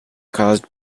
caused